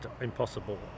impossible